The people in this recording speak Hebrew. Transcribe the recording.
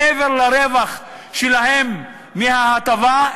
מעבר לרווח שלהם מההטבה,